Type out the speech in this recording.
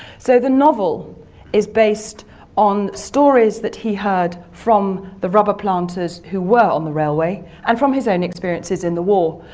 so, the novel is based on stories that he had from the rubber planters who were on the railway and from his own experiences in the war.